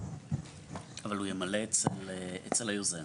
אבל הוא ימלא אצל היוזם?